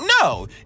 no